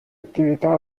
attività